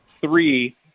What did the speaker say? three